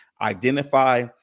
identify